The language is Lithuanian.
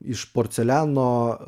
iš porceliano